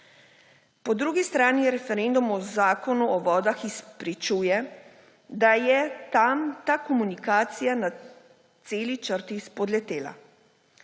Po drugi strani referendum o Zakonu o vodah izpričuje, da je tam ta komunikacija na celi črti spodletela.